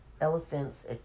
elephants